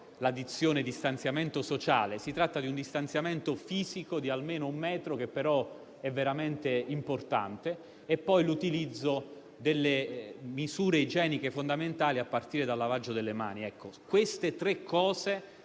la dizione «distanziamento sociale»: si tratta di un distanziamento fisico di almeno un metro, che però è veramente importante. La terza regola è l'utilizzo delle misure igieniche fondamentali, a partire dal lavaggio delle mani. Questi tre